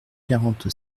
quarante